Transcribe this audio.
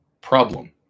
problem